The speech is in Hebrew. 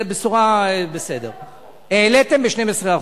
העליתם ב-12%.